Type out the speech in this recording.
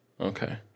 Okay